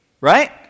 right